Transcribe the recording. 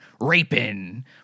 Raping